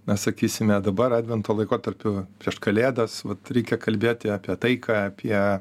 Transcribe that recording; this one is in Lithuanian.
na sakysime dabar advento laikotarpiu prieš kalėdas vat reikia kalbėti apie taiką apie